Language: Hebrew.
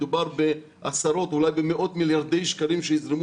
מדובר בעשרות ואולי במאות מיליארדי שקלים שיזרמו